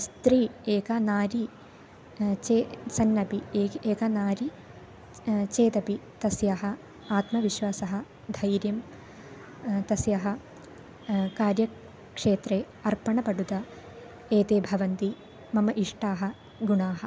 स्त्री एका नारी चेत् सन्नपि एका नारी चेदपि तस्याः आत्मविश्वासः धैर्यं तस्याः कार्यक्षेत्रे अर्पणपटुता एते भवन्ति मम इष्टाः गुणाः